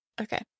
Okay